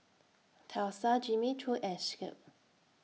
Tesla Jimmy Choo and Schick